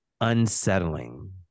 Unsettling